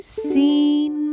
seen